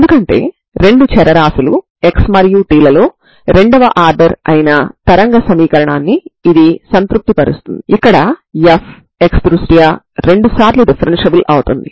ఇందులో Xx λXx0 ఒక సమస్య అవుతుంది మరియు T లలో రెండవ సాధారణ అవకలన సమీకరణం Tt λc2Tt0 రెండవ సమస్య అవుతుంది